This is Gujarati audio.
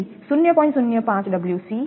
તેથી 0